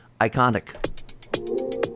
Iconic